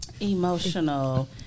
emotional